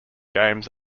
games